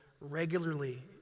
regularly